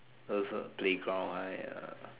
those are playground right